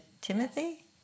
Timothy